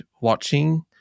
watching